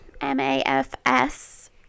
M-A-F-S